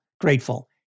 grateful